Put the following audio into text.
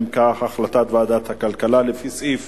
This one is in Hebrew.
אם כך, החלטת ועדת הכלכלה לפי סעיף